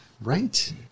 Right